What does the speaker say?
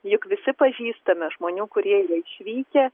juk visi pažįstame žmonių kurie yra išvykę